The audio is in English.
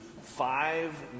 five